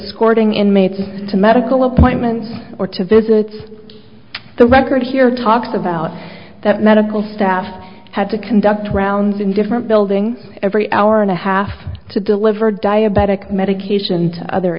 scorching inmates to medical appointments or to visits the record here talks about that medical staff had to conduct rounds in different building every hour and a half to deliver diabetic medication and other